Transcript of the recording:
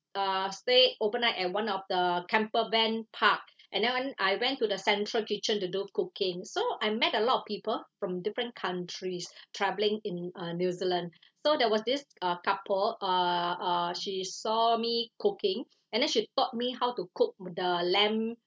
uh stay overnight at one of the camper van park and then when I went to the central kitchen to do cooking so I met a lot of people from different countries travelling in uh new zealand so there was this uh couple uh uh she saw me cooking and then she taught me how to cook with the lamb